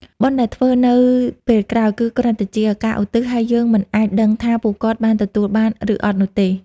បុណ្យដែលធ្វើនៅពេលក្រោយ គឺគ្រាន់តែជាការឧទ្ទិស ហើយយើងមិនអាចដឹងថាពួកគាត់បានទទួលបាន ឬអត់នោះទេ។